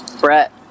Brett